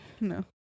No